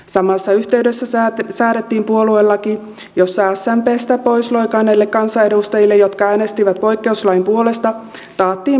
samassa yhteydessä säädettiin puoluelaki jossa smpstä pois loikanneille kansanedustajille jotka äänestivät poikkeuslain puolesta taattiin puoluetukirahat